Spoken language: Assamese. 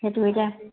সেইটো এতিয়া